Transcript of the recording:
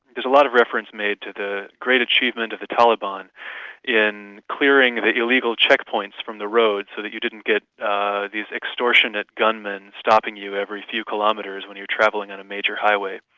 there's a lot of reference made to the great achievement of the taliban in clearing the illegal checkpoints from the road, so that you didn't get these extortionate gunmen stopping you every few kilometers when you're travelling on a major highway.